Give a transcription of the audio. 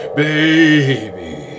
baby